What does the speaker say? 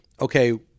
Okay